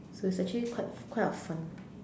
so it's actually quite quite a fun